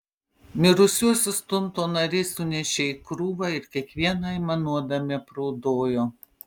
mirusiuosius tunto nariai sunešė į krūvą ir kiekvieną aimanuodami apraudojo